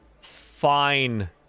fine